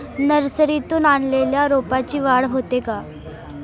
नर्सरीतून आणलेल्या रोपाची वाढ होते का?